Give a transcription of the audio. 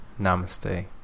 Namaste